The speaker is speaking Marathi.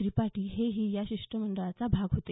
त्रिपाठी हे ही या शिष्टमंडळाचा भाग होते